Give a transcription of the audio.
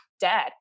dad